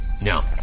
No